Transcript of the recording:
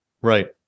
right